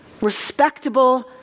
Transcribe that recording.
respectable